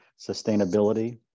sustainability